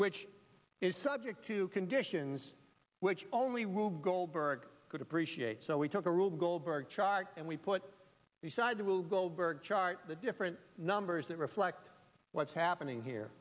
which is subject to conditions which only rube goldberg could appreciate so we took a rube goldberg chart and we put the side will goldberg chart the different numbers that reflect what's happening here